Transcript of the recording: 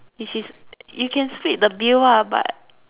which is you can split the bill lah but